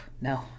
no